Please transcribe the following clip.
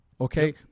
Okay